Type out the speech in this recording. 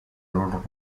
loro